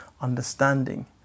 understanding